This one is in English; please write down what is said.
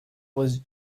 was